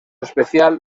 especial